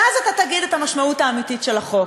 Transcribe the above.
ואז אתה תגיד את המשמעות האמיתית של החוק.